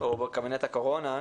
או בקבינט הקורונה.